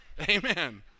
Amen